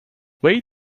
way